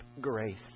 grace